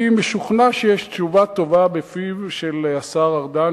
אני משוכנע שיש תשובה טובה בפיו של השר ארדן,